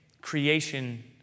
creation